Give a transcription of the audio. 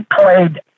played